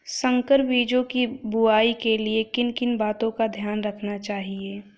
संकर बीजों की बुआई के लिए किन किन बातों का ध्यान रखना चाहिए?